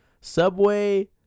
subway